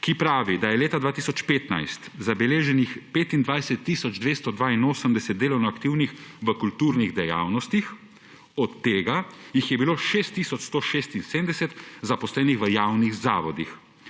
pravi, da je leta 2015 zabeleženih 25 tisoč 282 delovno aktivnih v kulturnih dejavnostih, od tega jih je bilo 6 tisoč 176 zaposlenih v javnih zavodih,